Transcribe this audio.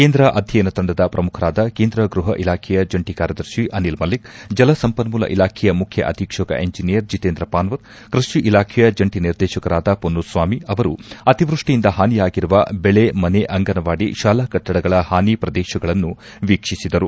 ಕೇಂದ್ರ ಅಧ್ವಯನ ತಂಡದ ಪ್ರಮುಖರಾದ ಕೇಂದ್ರ ಗೃಹ ಇಲಾಖೆಯ ಜಂಟಿ ಕಾರ್ಯದರ್ಶಿ ಅನಿಲ್ ಮಲ್ಲಿಕ್ ಜಲ ಸಂಪನ್ಣೂಲ ಇಲಾಖೆಯ ಮುಖ್ಯ ಅಧೀಕ್ಷಕ ಎಂಜಿನಿಯರ್ ಜಿತೇಂದ್ರ ಪಾನ್ವರ್ ಕೃಷಿ ಇಲಾಖೆಯ ಜಂಟ ನಿರ್ದೇಶಕರಾದ ಪೊನ್ನುಸ್ವಾಮಿ ಅವರು ಅತಿವೃಷ್ಟಿಯಿಂದ ಹಾನಿಯಾಗಿರುವ ಬೆಳೆ ಮನೆ ಅಂಗನವಾಡಿ ಶಾಲಾ ಕಟ್ಟಡಗಳ ಹಾನಿ ಪ್ರದೇಶಗಳನ್ನು ವೀಕ್ಷಿಸಿದರು